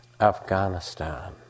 Afghanistan